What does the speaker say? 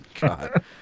God